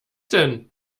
denn